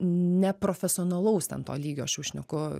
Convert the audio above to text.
neprofesionalaus ten to lygio aš jau šneku